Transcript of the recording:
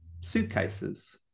suitcases